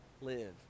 live